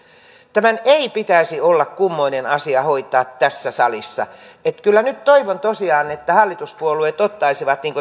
tämän ei pitäisi olla kummoinen asia hoitaa tässä salissa kyllä nyt toivon tosiaan että hallituspuolueet ottaisivat